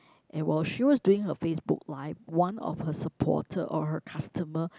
and while she was doing her Facebook live one of her supporter or her customer